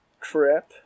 trip